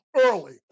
early